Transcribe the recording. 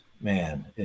man